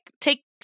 take